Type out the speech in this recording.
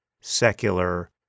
secular